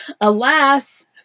alas